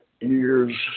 years